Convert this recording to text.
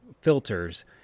Filters